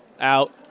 out